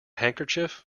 handkerchief